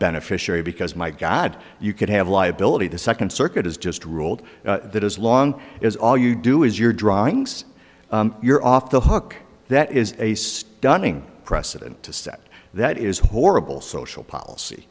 beneficiary because my god you could have liability the second circuit has just ruled that as long as all you do is your drawings you're off the hook that is a stunning precedent to set that is horrible social policy